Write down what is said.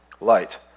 light